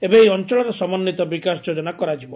ଏବେ ଏହି ଅଅଳର ସମନ୍ୱିତ ବିକାଶଯୋଜନା କରାଯିବ